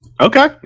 Okay